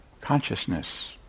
consciousness